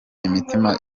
imitima